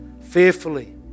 fearfully